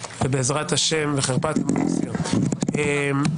אמן.